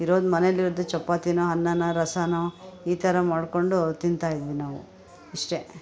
ಇರೋದು ಮನೆಯಲ್ಲಿರೋದು ಚಪಾತಿಯೋ ಅನ್ನವೋ ರಸಾವೋ ಈ ಥರ ಮಾಡ್ಕೊಂಡು ತಿಂತಾಯಿದ್ವಿ ನಾವು ಇಷ್ಟೆ